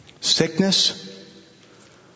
sickness